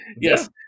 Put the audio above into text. Yes